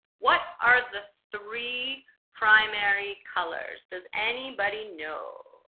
what are the three primary colors does anybody know